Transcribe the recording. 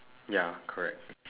ya correct